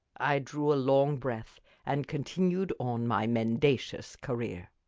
i drew a long breath and continued on my mendacious career.